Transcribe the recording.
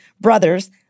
brothers